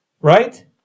Right